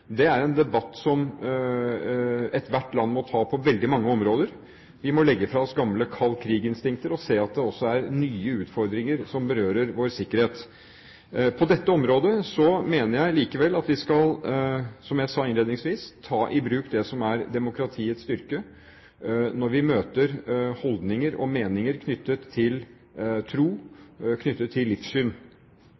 Det er en debatt som ethvert land må ta på veldig mange områder. Vi må legge fra oss gamle kald-krig-instinkter og se at det også er nye utfordringer som berører vår sikkerhet. På dette området mener jeg likevel – som jeg sa innledningsvis – at vi må ta i bruk det som er demokratiets styrke når vi møter holdninger og meninger knyttet til tro,